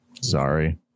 sorry